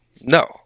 no